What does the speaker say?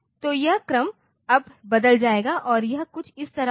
तो यह क्रम अब बदल जाएगा और यह कुछ इस तरह होगा